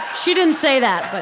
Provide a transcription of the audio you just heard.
she didn't say that, but